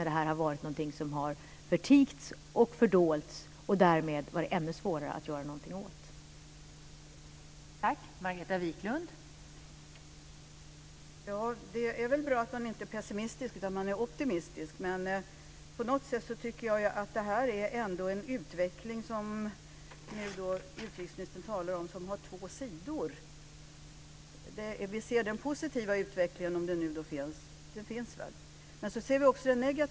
Det har varit någonting som har förtigits och fördolts och därmed har det varit ännu svårare att göra någonting åt det.